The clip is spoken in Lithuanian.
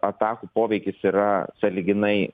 atakų poveikis yra sąlyginai